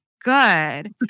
good